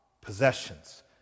possessions